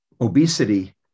obesity